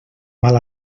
mal